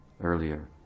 earlier